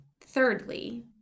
thirdly